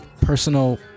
personal